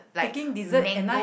taking dessert at night